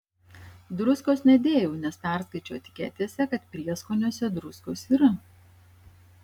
druskos nedėjau nes perskaičiau etiketėse kad prieskoniuose druskos yra